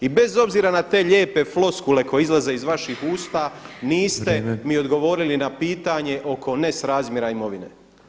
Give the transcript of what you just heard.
I bez obzira ne te lijepe floskule koje izlaze iz vaših usta niste mi odgovoriti na pitanje oko nesrazmjera imovine.